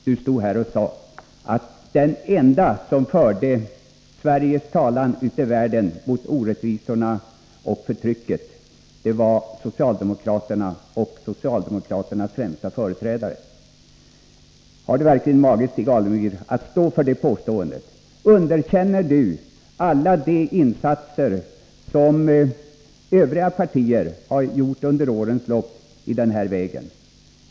Du stod här och sade att de enda som förde Sveriges talan ute i världen mot orättvisorna och förtrycket var socialdemokraterna och socialdemokraternas främste företrädare. Har du verkligen mage, Stig Alemyr, att stå för det påståendet? Underkänner du alla de insatser som övriga partier har gjort under årens lopp i den här vägen?